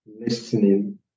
listening